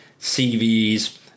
CVs